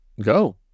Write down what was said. go